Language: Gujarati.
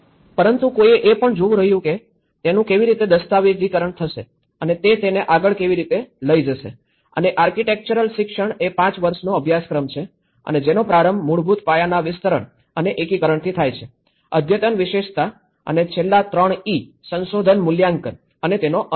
પરંતુ કોઈએ એ પણ જોવું રહ્યું કે તેનું કેવી રીતે દસ્તાવેજીકરણ થશે અને તે તેને આગળ કેવી રીતે લઈ જશે અને આર્કિટેક્ચરલ શિક્ષણ એ ૫ વર્ષનો અભ્યાસક્રમ છે અને જેનો પ્રારંભ મૂળભૂત પાયાના વિસ્તરણ અને એકીકરણથી થાય છે અદ્યતન વિશેષતા અને છેલ્લા ૩ ઇ સંશોધન મૂલ્યાંકન અને તેનો અનુભવ